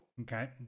Okay